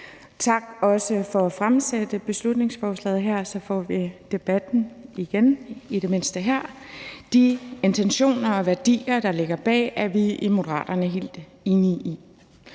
at have fremsat beslutningsforslaget her. Så får vi debatten igen, i det mindste her. De intentioner og værdier, der ligger bag, er vi i Moderaterne helt enige i.